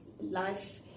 life